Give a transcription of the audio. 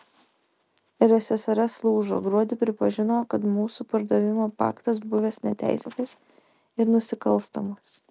ir ssrs lūžo gruodį pripažino kad mūsų pardavimo paktas buvęs neteisėtas ir nusikalstamas